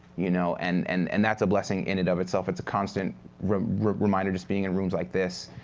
you know and and and that's a blessing in and of itself. it's a constant reminder, just being in rooms like this.